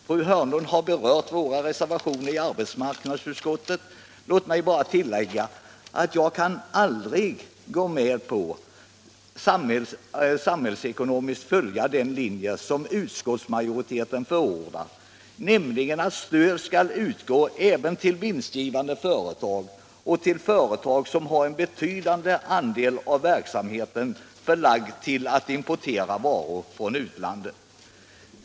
Fru Hörnlund har berört våra reservationer i arbetsmarknadsutskottet. Låt mig bara tillägga att jag aldrig kan gå med på att följa den samhällsekonomiska linje som utskottsmajoriteten förordar, nämligen att stöd skall utgå även till vinstgivande företag och till företag vilkas verksamhet till betydande del består i att importera varor från utlandet.